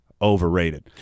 overrated